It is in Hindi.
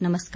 नमस्कार